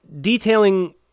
detailing